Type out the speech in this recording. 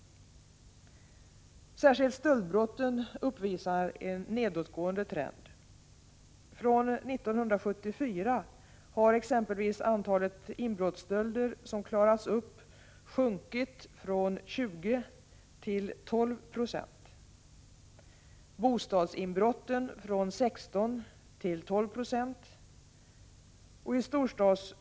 Särskilt stöldbrotten uppvisar en nedåtgående trend. Från 1974 har exempelvis antalet inbrottsstölder som klarats upp sjunkit från 20 till 12 96, bostadsinbrotten från 16 till 12 96.